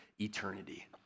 eternity